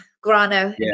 Grano